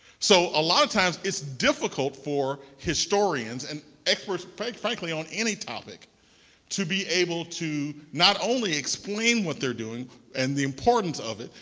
so a lot of times it's difficult for historians and experts frankly on any topic to be able to not only explain what they're doing and the importance of it,